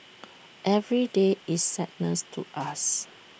every day is sadness to us